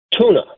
tuna